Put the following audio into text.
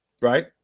right